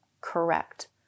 correct